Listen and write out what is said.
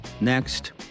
Next